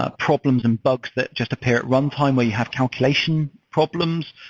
ah problems and bugs that just appear at runtime where you have calculation problems,